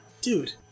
Dude